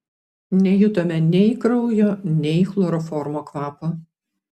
nejutome nei kraujo nei chloroformo kvapo